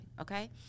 okay